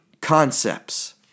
concepts